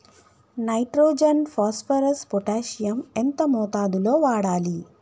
Nitrogen phosphorus potassium ఎంత మోతాదు లో వాడాలి?